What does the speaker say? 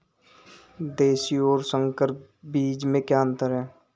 देशी और संकर बीज में क्या अंतर है?